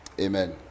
amen